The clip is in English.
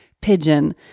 pigeon